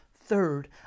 Third